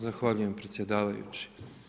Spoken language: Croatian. Zahvaljujem predsjedavajući.